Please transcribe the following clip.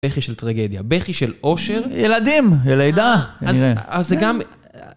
בכי של טרגדיה, בכי של אושר, ילדים! לידה! אז זה גם...